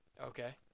okay